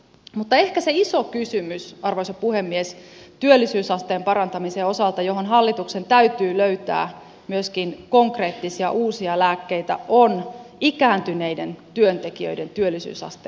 mutta ehkä se iso kysymys arvoisa puhemies työllisyysasteen parantamisen osalta johon hallituksen täytyy löytää myöskin konkreettisia uusia lääkkeitä on ikääntyneiden työntekijöiden työllisyysasteen nostaminen